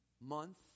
month